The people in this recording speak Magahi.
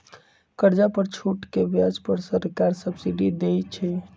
कर्जा पर छूट के ब्याज पर सरकार सब्सिडी देँइ छइ